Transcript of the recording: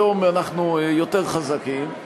היום אנחנו יותר חזקים,